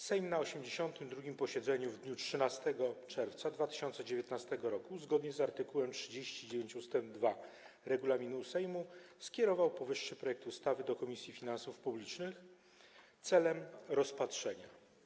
Sejm na 82. posiedzeniu w dniu 13 czerwca 2019 r., zgodnie z art. 39 ust. 2 regulaminu Sejmu, skierował powyższy projekt do Komisji Finansów Publicznych w celu rozpatrzenia.